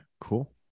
cool